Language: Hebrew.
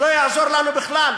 זה לא יעזור לנו בכלל,